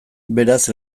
beraz